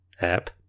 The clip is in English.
app